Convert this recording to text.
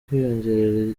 kwiyongerera